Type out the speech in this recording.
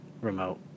remote